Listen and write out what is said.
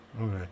okay